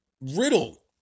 Riddle